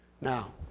Now